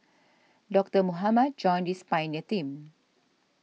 Doctor Mohamed joined this pioneer team